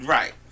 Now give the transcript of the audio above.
Right